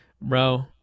Bro